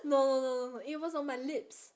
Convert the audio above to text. no no no no it was on my lips